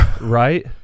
right